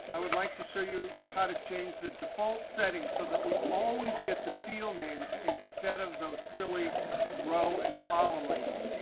i would like to show you how to change the default settings so that we always get the field names instead of those silly row and column labels.